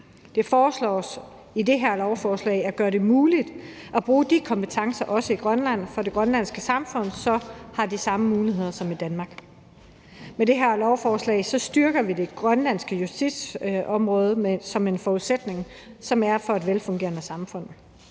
Det foreslås i det her lovforslag at gøre det muligt at bruge de kompetencer også i Grønland, så det grønlandske samfund har de samme muligheder som Danmark. Med det her lovforslag styrker vi det grønlandske justitsområde, og et stærkt justitsområde er en forudsætning for et velfungerende samfund.